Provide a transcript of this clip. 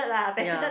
ya